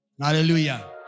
Hallelujah